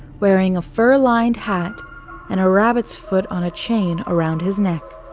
wearing a fur-lined hat and a rabbit's foot on a chain around his neck.